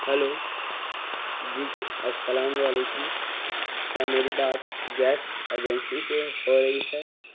hello جی السلام علیکم کیا میری بات گیس ایجنسی سے ہو رہی ہے